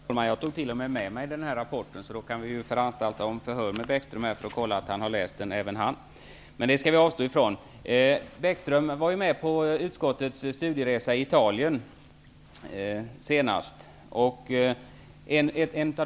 Herr talman! Jag tog t.o.m. med mig denna rapport, så då kan jag föranstalta om förhör med Bäckström för att kolla att även han har läst den. Men det skall jag avstå ifrån. Bäckström deltog i utskottets studieresa till Italien senast.